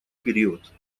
период